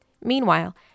Meanwhile